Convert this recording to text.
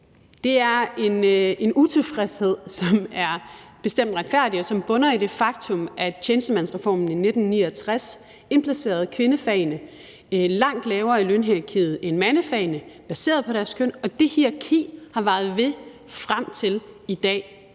Det er en utilfredshed, som bestemt er retfærdig, og som bunder i det faktum, at tjenestemandsreformen i 1969 indplacerede kvindefagene langt lavere i lønhierarkiet end mandefagene, baseret på deres køn. Det hierarki har varet ved frem til i dag.